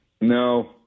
No